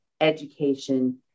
education